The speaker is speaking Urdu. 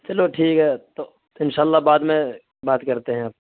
چلو ٹھیک ہے تو ان شاء اللہ بعد میں بات کرتے ہیں اب